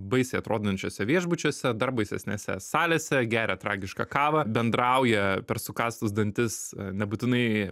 baisiai atrodančiuose viešbučiuose dar baisesnėse salėse geria tragišką kavą bendrauja per sukąstus dantis nebūtinai